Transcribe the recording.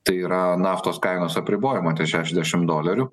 tai yra naftos kainos apribojimo ties šešiasdešim dolerių